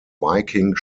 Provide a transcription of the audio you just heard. viking